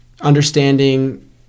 understanding